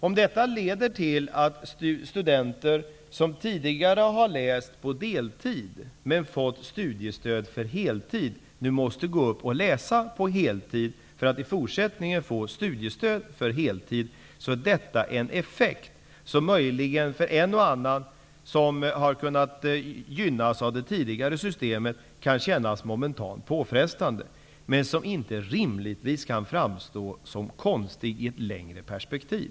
Om detta leder till att studenter som tidigare har läst på deltid men fått studiestöd för heltid nu måste gå upp och läsa på heltid för att i fortsättningen få studiestöd för heltidsstudier, är det en effekt som möjligen för en och annan som har gynnats av det tidigare systemet momentant kan kännas något påfrestande men som rimligtvis inte kan framstå som konstig i ett längre perspektiv.